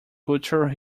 culture